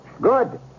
Good